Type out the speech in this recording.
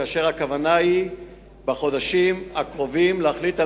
כאשר הכוונה היא בחודשים הקרובים להחליט על